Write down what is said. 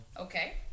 Okay